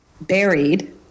buried